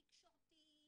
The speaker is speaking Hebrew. תקשורתית,